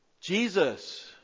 Jesus